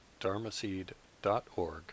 dharmaseed.org